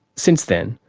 since then,